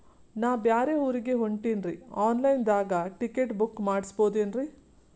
ನಾ ಬ್ಯಾರೆ ಊರಿಗೆ ಹೊಂಟಿನ್ರಿ ಆನ್ ಲೈನ್ ದಾಗ ಟಿಕೆಟ ಬುಕ್ಕ ಮಾಡಸ್ಬೋದೇನ್ರಿ?